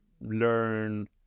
learn